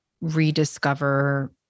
rediscover